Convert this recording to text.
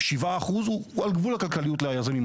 7% הוא על גבול הכלכליות ליזמים,